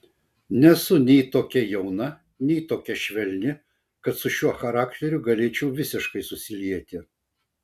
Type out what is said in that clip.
nesu nei tokia jauna nei tokia švelni kad su šiuo charakteriu galėčiau visiškai susilieti